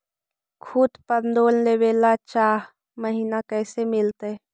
खूत पर लोन लेबे ल चाह महिना कैसे मिलतै?